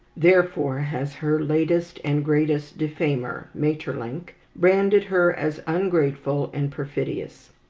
therefore has her latest and greatest defamer, maeterlinck, branded her as ungrateful and perfidious.